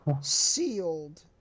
Sealed